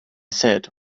said